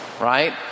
right